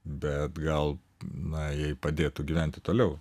bet gal na jai padėtų gyventi toliau